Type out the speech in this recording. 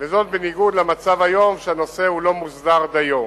בניגוד למצב היום, שהנושא לא מוסדר דיו.